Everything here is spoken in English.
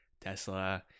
Tesla